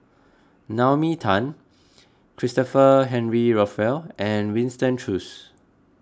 Naomi Tan Christopher Henry Rothwell and Winston Choos